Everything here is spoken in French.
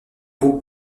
groupe